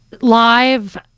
live